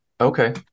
Okay